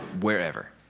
wherever